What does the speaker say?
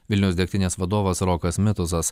vilniaus degtinės vadovas rokas mituzas